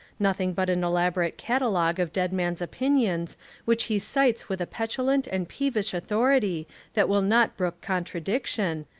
nothing but an elaborate catalogue of dead men's opinions which he cites with a petulant and peevish au thority that will not brook contradiction,